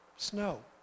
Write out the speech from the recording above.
snow